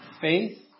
faith